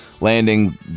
Landing